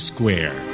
Square